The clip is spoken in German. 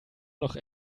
noch